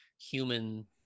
human